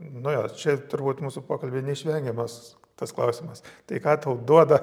nu jo čia turbūt mūsų pokalby neišvengiamas tas klausimas tai ką tau duoda